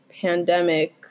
pandemic